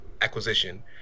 acquisition